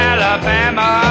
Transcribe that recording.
Alabama